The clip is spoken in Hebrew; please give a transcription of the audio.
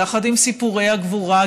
עם סיפורי הגבורה,